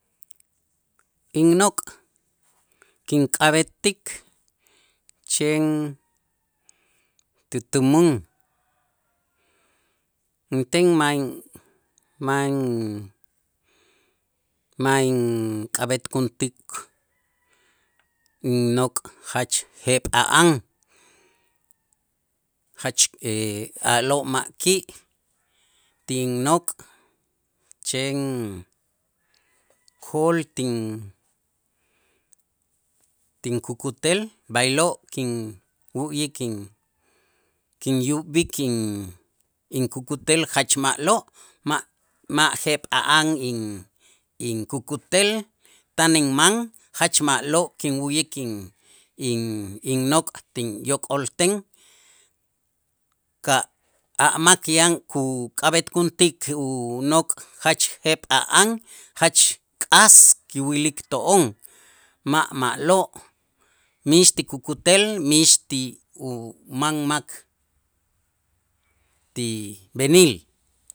Innok' kink'ab'etik chen tutumän inten ma' in ma' in ma' in- ink'ab'etkuntik innok' jach jep'a'an jach a'lo' ma' ki' tinnok' chen jol tin- tinkukutel b'aylo' kinwu'yik kin- kinyub'ik inkukutel jach ma'lo' ma' jep'a'an in- inkukutel tan inman jach ma'lo' kinwu'yik in- innok' tinyok'olten, ka' a' mak yan kuk'ab'etkuntik unok' jach jep'a'an, jach k'as kiwilik to'on ma' ma'lo' mix ti kukutel, mix ti uman mak ti b'enil.